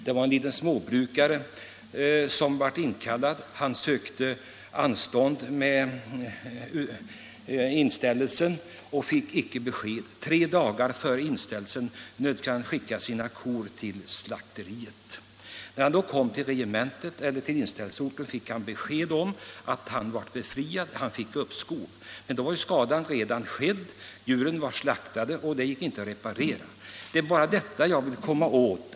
Det var en småbrukare som blev inkallad. Han sökte anstånd med inställelsen men fick inte besked. Tre dagar före inställelsen nödgades han skicka sina kor till slakteriet. När han kom till inställelseorten fick han veta att han var befriad. Han beviljades alltså uppskov, men då var skadan redan skedd och gick inte att reparera. Djuren var slaktade. Det är bara detta jag vill komma åt.